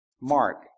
Mark